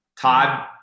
Todd